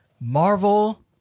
Marvel